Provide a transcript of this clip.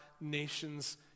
nation's